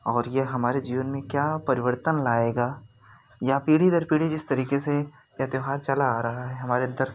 और यह हमारे जीवन में क्या परिवर्तन लाएगा यह पीढ़ी दर पीढ़ी जिस तरीके से ये त्यौहार चला आ रहा है हमारे अंदर